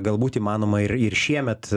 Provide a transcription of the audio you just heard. galbūt įmanoma ir ir šiemet